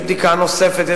יש בדיקה נוספת,